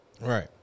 Right